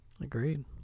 Agreed